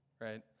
right